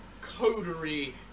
coterie